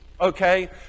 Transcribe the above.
okay